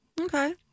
Okay